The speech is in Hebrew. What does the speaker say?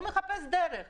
הוא מחפש דרך אחרת.